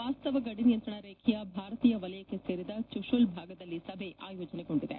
ವಾಸ್ತವ ಗಡಿ ನಿಯಂತ್ರಣ ರೇಖೆಯ ಭಾರತೀಯ ವಲಯಕ್ಕೆ ಸೇರಿದ ಚುಶೂಲ್ ಭಾಗದಲ್ಲಿ ಸಭೆ ಆಯೋಜನೆಗೊಂಡಿದೆ